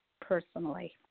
personally